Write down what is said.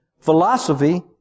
philosophy